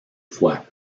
fois